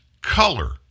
color